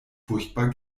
furchtbar